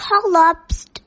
collapsed